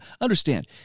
Understand